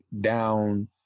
down